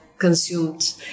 consumed